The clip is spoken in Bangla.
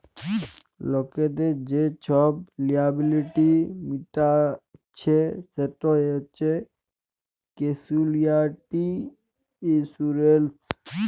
লকদের যে ছব লিয়াবিলিটি মিটাইচ্ছে সেট হছে ক্যাসুয়ালটি ইলসুরেলস